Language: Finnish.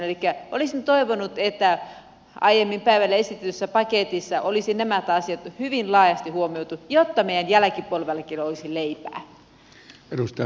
elikkä olisin toivonut että aiemmin päivällä esitetyssä paketissa olisi nämä asiat hyvin laajasti huomioitu jotta meidän jälkipolvillammekin olisi leipää